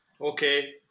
Okay